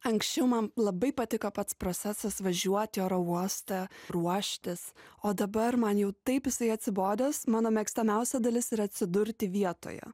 anksčiau man labai patiko pats procesas važiuot į oro uostą ruoštis o dabar man jau taip jisai atsibodęs mano mėgstamiausia dalis yra atsidurti vietoje